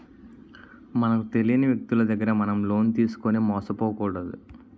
మనకు తెలియని వ్యక్తులు దగ్గర మనం లోన్ తీసుకుని మోసపోకూడదు